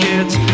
Kids